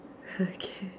okay